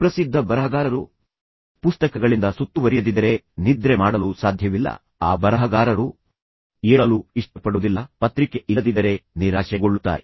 ಓದುವುದು ಒಂದು ರೀತಿಯ ವ್ಯಸನವಾಗಲಿ ಪ್ರಸಿದ್ಧ ಬರಹಗಾರರು ಪುಸ್ತಕಗಳಿಂದ ಸುತ್ತುವರಿಯದಿದ್ದರೆ ನಿದ್ರೆ ಮಾಡಲು ಸಾಧ್ಯವಿಲ್ಲ ಆ ಬರಹಗಾರರು ಏಳಲು ಇಷ್ಟಪಡುವುದಿಲ್ಲ ಮತ್ತು ಪತ್ರಿಕೆ ಇಲ್ಲದಿದ್ದರೆ ಅವರು ನಿರಾಶೆಗೊಳ್ಳುತ್ತಾರೆ